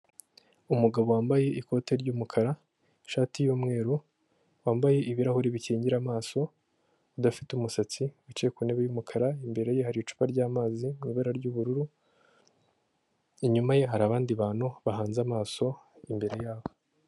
Umugabo wambaye ikote ry'umukara, ishati y'umweru, wambaye ibirahuri bikingira amaso, udafite umusatsi, wicaye ku ntebe y'umukara, imbere ye hari icupa ry'amazi mu ibara ry'ubururu, inyuma ye hari abandi bantu bahanze amaso imbere yabo.